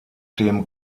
dem